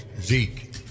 Zeke